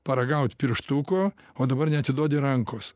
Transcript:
paragaut pirštuko o dabar neatiduodi rankos